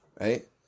right